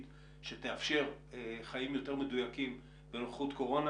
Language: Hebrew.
שתאפשר חיים יותר מדויקים בנוכחות קורונה